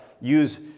use